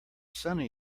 sunny